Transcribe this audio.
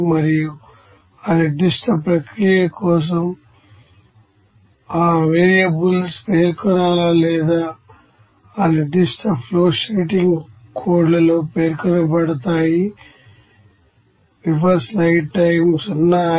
మరియు ఆ నిర్దిష్ట ప్రక్రియ కోసం ఆ వేరియబుల్స్ పేర్కొనాలా లేదా ఆ నిర్దిష్ట ఫ్లోషీటింగ్ కోడ్ లలో పేర్కొనబడతాయీ